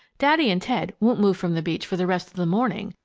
daddy and ted won't move from the beach for the rest of the morning,